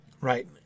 right